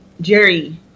jerry